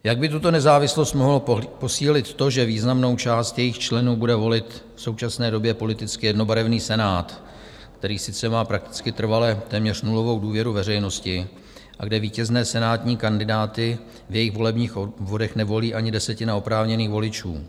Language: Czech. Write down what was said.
Jak by tuto nezávislost mohlo posílit to, že významnou část jejích členů bude volit v současné době politicky jednobarevný Senát, který sice má prakticky trvale téměř nulovou důvěru veřejnosti a kde vítězné senátní kandidáty v jejich volebních obvodech nevolí ani desetina oprávněných voličů?